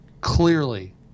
clearly